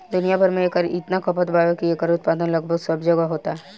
दुनिया भर में एकर इतना खपत बावे की एकर उत्पादन लगभग सब जगहे होता